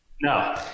no